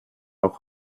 auch